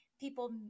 people